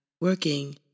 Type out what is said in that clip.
working